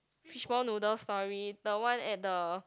fishball noodle story the one at the